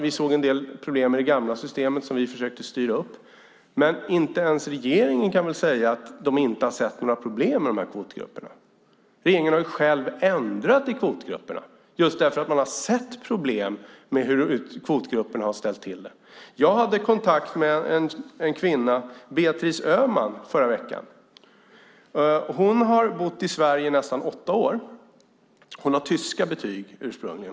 Vi såg en del problem med det gamla systemet som vi försökte lösa. Men inte ens regeringen kan väl säga att man inte har sett problem med kvotgrupperna. Regeringen har själv ändrat i kvotgrupperna just för att man har sett vilka problem kvotgrupperna har skapat. Jag hade kontakt med en kvinna vid namn Beatrice Öhman förra veckan. Hon har bott i Sverige i nästan åtta år och har tyska betyg.